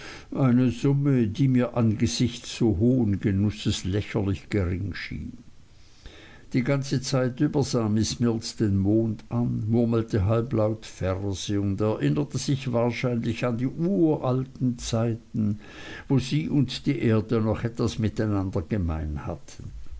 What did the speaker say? eine summe die mir angesichts so hohen genusses lächerlich gering schien die ganze zeit über sah miß mills den mond an murmelte halblaut verse und erinnerte sich wahrscheinlich an die uralten zeiten wo sie und die erde noch etwas miteinander gemein hatten